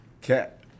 cat